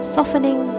Softening